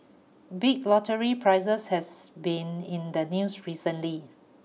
big lottery prizes has been in the news recently